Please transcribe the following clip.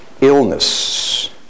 illness